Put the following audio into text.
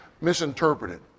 misinterpreted